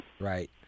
Right